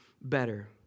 better